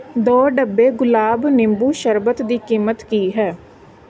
ਦੋ ਡੱਬੇ ਗੁਲਾਬ ਨਿੰਬੂ ਸ਼ਰਬਤ ਦੀ ਕੀਮਤ ਕੀ ਹੈ